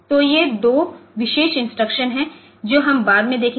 तोये दो विशेष इंस्ट्रक्शनहैं जो हम बाद में देखेंगे